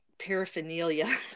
Paraphernalia